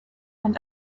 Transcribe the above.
and